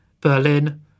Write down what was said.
Berlin